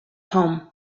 home